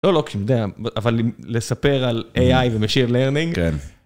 ...אבל אם לספר על AI ומשיב להמינג.